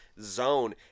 zone